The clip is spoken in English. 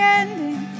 ending